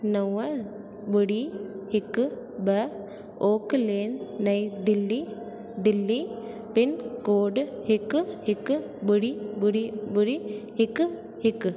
नव ॿुड़ी हिकु ॿ ऑक्लेन नई दिल्ली दिल्ली पिनकोड हिकु हिकु ॿुड़ी ॿुड़ी ॿुड़ी हिकु हिकु